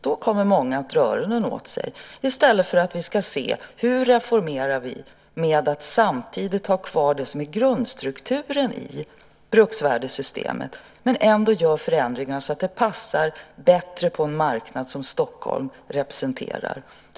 Då kommer många att dra öronen åt sig. I stället borde vi se hur vi ska reformera samtidigt som vi har kvar grundstrukturen i bruksvärdessystemet, men ändå göra förändringar så att de passar bättre på en sådan marknad som Stockholm representerar.